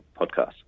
podcast